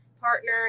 partner